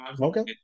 Okay